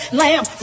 lamb